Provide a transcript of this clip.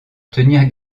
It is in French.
tenir